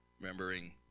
remembering